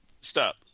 stop